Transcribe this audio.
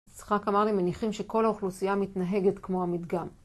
יצחק אמר לי מניחים שכל האוכלוסייה מתנהגת כמו המדגם